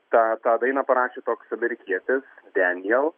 tą tą dainą parašė koks amerikietis deniel